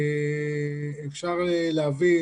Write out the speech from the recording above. אפשר להבין